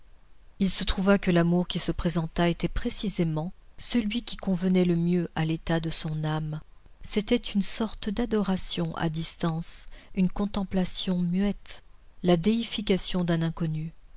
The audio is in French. il se trouva que l'amour qui se présenta était précisément celui qui convenait le mieux à l'état de son âme c'était une sorte d'adoration à distance une contemplation muette la déification d'un inconnu